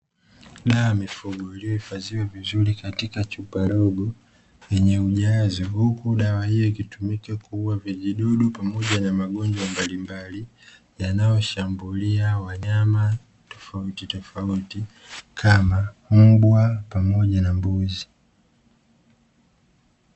Dawa ya mifugo iliyo hifadhiwa vizuri katika chupa dogo lenye ujazo huku dawa hiyo, ikitumika kuuwa vijidudu vya magonjwa mbalimbali yanayoshambulia wanyama tofauti tofauti kama mbwa pamoja na mbuzi .